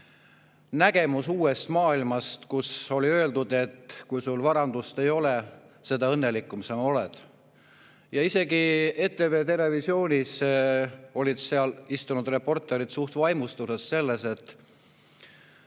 nägemus uuest maailmast. Artiklis oli öeldud, et kui sul varandust ei ole, siis seda õnnelikum sa oled. Isegi ETV "Terevisioonis" olid seal istunud reporterid suht vaimustuses sellest, et